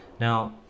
now